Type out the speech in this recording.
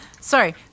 sorry